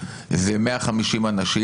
זה 150 אנשים.